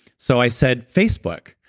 so i said, facebook.